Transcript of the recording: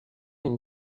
une